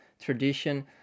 tradition